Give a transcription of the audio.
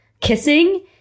kissing